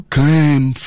came